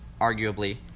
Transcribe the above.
arguably